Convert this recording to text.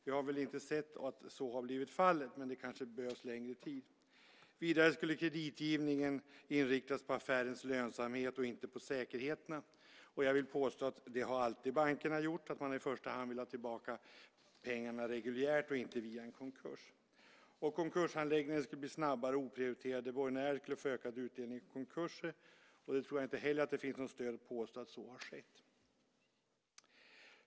Vi har väl inte sett att så har blivit fallet, men det behövs kanske längre tid. Vidare skulle kreditgivningen inriktas på affärens lönsamhet och inte på säkerheterna, och jag vill påstå att bankerna alltid har gjort det. Man vill i första hand ha tillbaka pengarna reguljärt och inte via en konkurs. Konkurshandläggningen skulle bli snabbare, och oprioriterade borgenärer skulle få ökad utdelning vid konkurser. Jag tror inte heller att det finns något stöd för att påstå att så har skett.